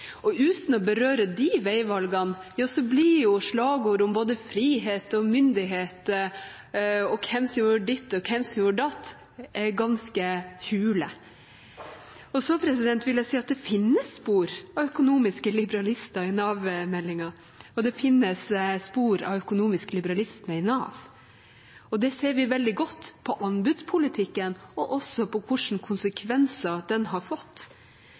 Uten å berøre de veivalgene blir slagord om både frihet og myndighet og hvem som gjorde ditt og hvem som gjorde datt, ganske hule. Så vil jeg si at det finnes spor av økonomiske liberalister i Nav-meldinga, og det finnes spor av økonomisk liberalisme i Nav. Det ser vi veldig godt på anbudspolitikken og også på hva slags konsekvenser den har fått,